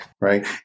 right